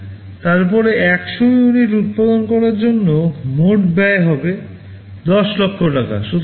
5000 তারপরে 100 ইউনিট উৎপাদন করার জন্য মোট ব্যয় হয় ১০ লক্ষ টাকা